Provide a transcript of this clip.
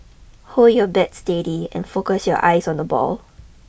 hold your bat steady and focus your eyes on the ball